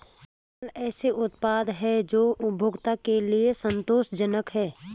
माल ऐसे उत्पाद हैं जो उपभोक्ता के लिए संतोषजनक हैं